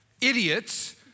idiots